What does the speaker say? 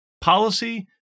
policy